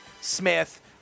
Smith